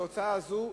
התוצאה הזאת,